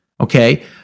Okay